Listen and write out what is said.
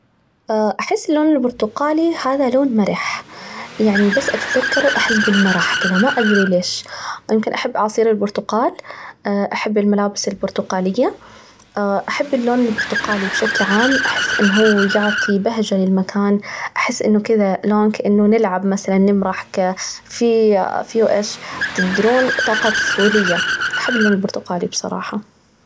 أحس اللون البرتقالي هذا لون مرح، يعني بس أتذكره أحس بالمرح كده، ما أدري ليش، يمكن أحب عصير البرتقال، أحب الملابس البرتقالية، أحب اللون البرتقالي بشكل عام، أحس إن هو يعطي بهجة للمكان، أحس إنه كده لون كأنه نلعب مثلاً نمرح ك في في إيش تدرون؟ طاقة طفولية، أحب اللون البرتقالي بصراحة.